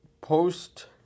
post